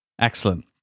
excellent